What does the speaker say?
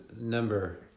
number